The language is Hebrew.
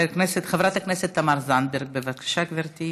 חברת הכנסת תמר זנדברג, בבקשה, גברתי.